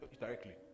directly